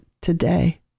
today